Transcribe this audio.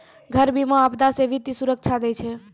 घर बीमा, आपदा से वित्तीय सुरक्षा दै छै